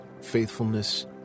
faithfulness